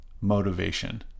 motivation